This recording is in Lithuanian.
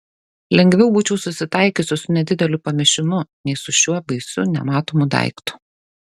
lengviau būčiau susitaikiusi su nedideliu pamišimu nei su šiuo baisiu nematomu daiktu